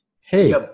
Hey